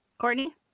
Courtney